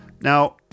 Now